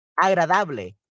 agradable